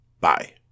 Bye